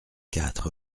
quatre